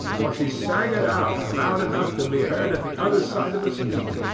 for she sang it out loud enough to be heard at the other side of the street,